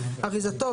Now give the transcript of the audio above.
אריזתו,